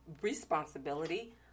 responsibility